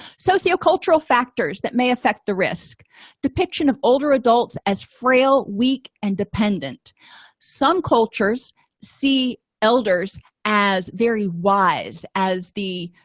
socio-cultural factors factors that may affect the risk depiction of older adults as frail weak and dependent some cultures see elders as very wise as the